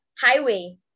highway